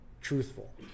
truthful